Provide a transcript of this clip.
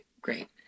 great